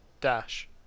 Dash